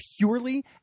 purely